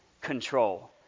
control